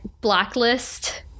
blacklist